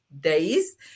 days